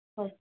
ஓ